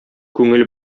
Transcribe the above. күңел